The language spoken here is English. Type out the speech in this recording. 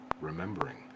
remembering